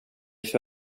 för